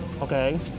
Okay